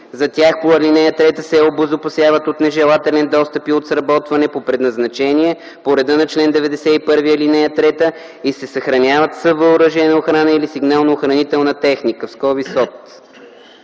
за тях по ал. 3 се обезопасяват от нежелателен достъп и от сработване по предназначение по реда на чл. 91, ал. 3 и се съхраняват с въоръжена охрана или сигнално-охранителна техника (СОТ).”